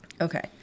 Okay